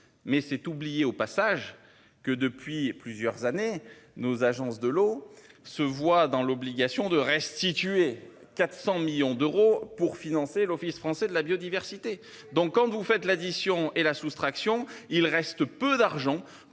Mais c'est oublier au passage que depuis plusieurs années. Nos agences de l'eau se voit dans l'obligation de restituer 400 millions d'euros pour financer l'Office français de la biodiversité. Donc quand vous faites l'addition et la soustraction, il reste peu d'argent